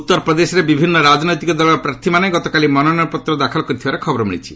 ଉତ୍ତରପ୍ରଦେଶରେ ବିଭିନ୍ନ ରାଜନୈତିକ ଦଳର ପ୍ରାର୍ଥୀମାନେ ଗତକାଲି ମନୋନୟନ ପତ୍ର ଦାଖଲ କରିଥିବାର ଖବର ମିଳିଛି